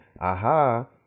aha